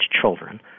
children